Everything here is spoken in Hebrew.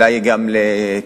אולי גם לתרופות,